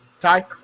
Ty